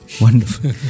Wonderful